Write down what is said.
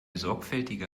sorgfältige